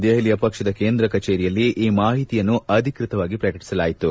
ದೆಹಲಿಯ ಪಕ್ಷದ ಕೇಂದ್ರ ಕಚೇರಿಯಲ್ಲಿ ಈ ಮಾಹಿತಿಯನ್ನು ಅಧಿಕೃತವಾಗಿ ಪ್ರಕಟಿಸಲಾಯಿತು